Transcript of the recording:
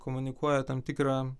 komunikuoja tam tikrą